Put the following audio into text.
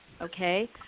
okay